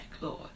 Lord